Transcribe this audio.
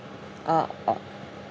uh